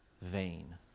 vain